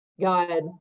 God